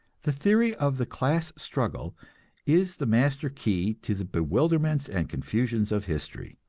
the theory of the class struggle is the master key to the bewilderments and confusions of history.